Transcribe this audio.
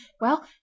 Well